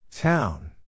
Town